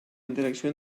interacció